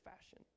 fashion